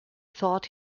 thought